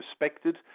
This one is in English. respected